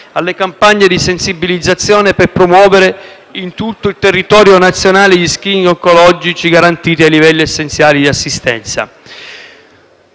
di campagne di sensibilizzazione per potenziare in tutto il territorio nazionale gli *screening* oncologici garantiti dai livelli essenziali di assistenza.